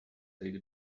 take